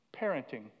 parenting